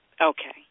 Okay